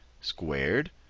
squared